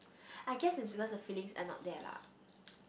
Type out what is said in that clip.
I guess is because the feelings are not there lah